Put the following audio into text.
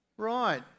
Right